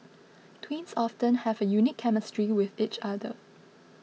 twins often have a unique chemistry with each other